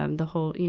um the whole, you